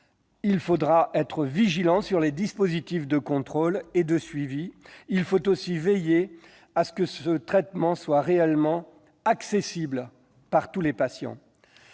S'il faudra être vigilant sur les dispositifs de contrôle et de suivi, il faudra aussi veiller à ce que le traitement soit réellement accessible pour tous les patients.